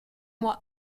mois